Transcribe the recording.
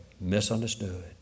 misunderstood